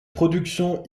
production